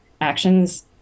actions